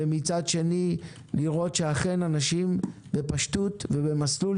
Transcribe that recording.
ומצד שני לראות שאכן אנשים בפשטות ובמסלול